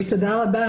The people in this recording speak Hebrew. תודה רבה.